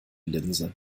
linse